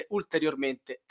ulteriormente